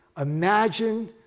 Imagine